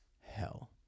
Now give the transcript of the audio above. Hell